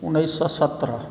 उन्नैस सए सत्रह